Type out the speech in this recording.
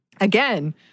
again